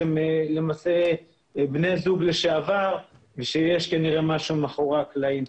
שהם למעשה בני זוג לשעבר ושיש כנראה משהו מאחורי הקלעים.